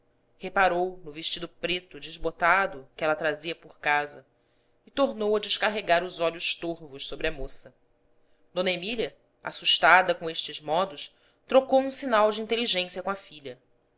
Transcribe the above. reparou no vestido preto desbotado que ela trazia por casa e tornou a descarregar os olhos torvos sobre a moça d emília assustada com estes modos trocou um sinal de inteligência com a filha